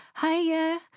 hiya